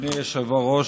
אדוני היושב-ראש,